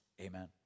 amen